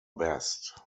best